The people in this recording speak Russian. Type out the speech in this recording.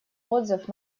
отзыв